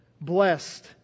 blessed